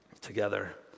together